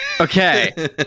Okay